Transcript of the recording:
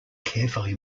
carefully